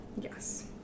Yes